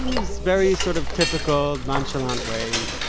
his very sort of typical nonchalant way,